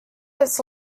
its